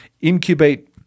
incubate